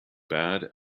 bad